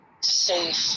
safe